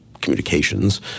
communications